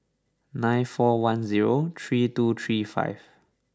nine four one zero three two three five